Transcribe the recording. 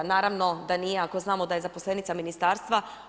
Naravno da nije ako znamo da je zaposlenica ministarstva.